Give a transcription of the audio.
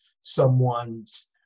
someone's